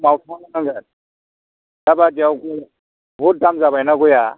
मावथारनांगोन दा बायदियाव बहुद दाम जाबायना गयआ